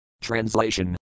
Translation